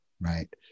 right